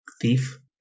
thief